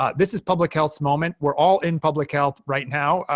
ah this is public health's moment. we're all in public health right now.